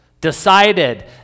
decided